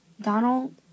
Donald